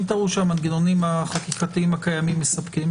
אם תראו שהמנגנונים החקיקתיים הקיימים מספקים,